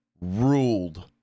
ruled